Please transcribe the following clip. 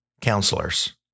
counselors